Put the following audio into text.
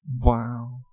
Wow